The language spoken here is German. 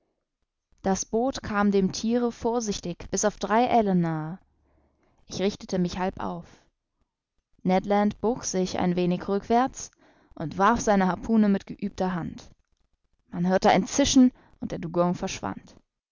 das boot kam dem thiere vorsichtig bis auf drei ellen nahe ich richtete mich halb auf ned land bog sich ein wenig rückwärts und warf seine harpune mit geübter hand man hörte ein zischen und der dugong verschwand